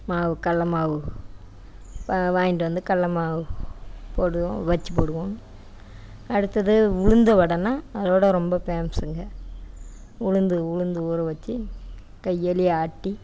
மாவு கடல மாவு வாங்கிட்டு வந்து கடல மாவு போடுவோம் பஜ்ஜி போடுவோம் அடுத்தது உளுந்து வடைனால் அதோடு ரொம்ப ஃபேமஸ்ஸுங்க உளுந்து உளுந்து ஊற வச்சு கையாலேயே ஆட்டி